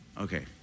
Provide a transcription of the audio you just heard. Okay